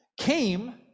came